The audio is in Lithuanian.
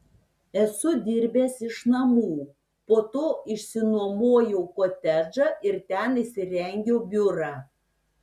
esu dirbęs iš namų po to išsinuomojau kotedžą ir ten įsirengiau biurą